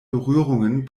berührungen